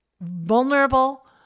vulnerable